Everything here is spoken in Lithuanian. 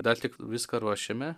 dar tik viską ruošiame